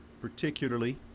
particularly